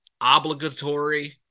obligatory